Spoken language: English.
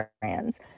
brands